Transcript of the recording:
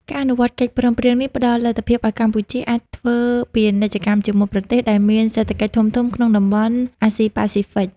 ការអនុវត្តកិច្ចព្រមព្រៀងនេះផ្ដល់លទ្ធភាពឱ្យកម្ពុជាអាចធ្វើពាណិជ្ជកម្មជាមួយប្រទេសដែលមានសេដ្ឋកិច្ចធំៗក្នុងតំបន់អាស៊ីប៉ាស៊ីហ្វិក។